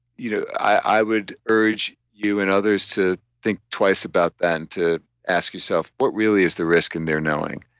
you know i would urge you and others to think twice about that and to ask yourself, what really is the risk in their knowing?